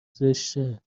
زشته